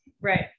right